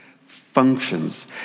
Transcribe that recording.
functions